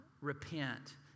repent